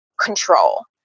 control